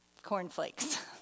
Cornflakes